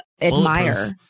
admire